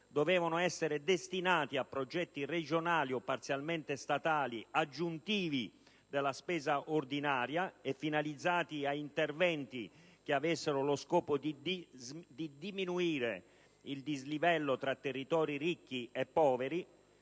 dovevano essere destinati a progetti regionali o parzialmente statali aggiuntivi rispetto alla spesa ordinaria e finalizzati ad interventi che avessero lo scopo di diminuire il dislivello tra territori ricchi e poveri.